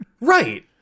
Right